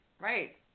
Right